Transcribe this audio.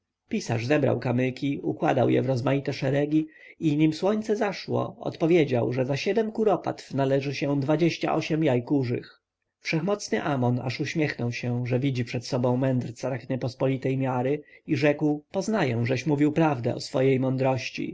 pisarz zebrał kamyki układał je w rozmaite szeregi i nim słońce zaszło odpowiedział że za siedem kuropatw należy się dwadzieścia osiem jaj kurzych wszechmocny amon aż uśmiechnął się że widzi przed sobą mędrca tak niepospolitej miary i rzekł poznaję żeś mówił prawdę o swojej mądrości